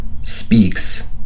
speaks